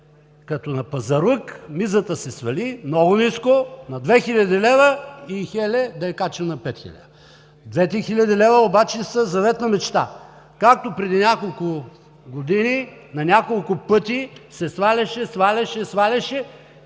Като на пазарлък, мизата се свали много ниско – на 2000 лв., и, хеле, да я качим на 5000 лв. Двете хиляди лева обаче са заветна мечта. Както преди няколко години, на няколко пъти се сваляше, сваляше, сваляше